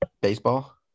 Baseball